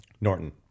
Norton